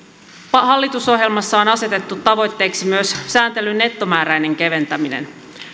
hallitusohjelmassa on asetettu tavoitteeksi myös sääntelyn nettomääräinen keventäminen